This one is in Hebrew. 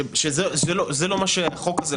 שזה לא מה שהחוק הזה,